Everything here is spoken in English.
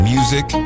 Music